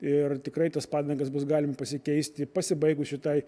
ir tikrai tas padangas bus galima pasikeisti pasibaigus šitai